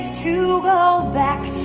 to ah